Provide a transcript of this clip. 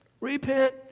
Repent